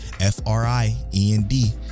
F-R-I-E-N-D